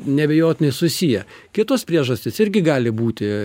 neabejotinai susiję kitos priežastys irgi gali būti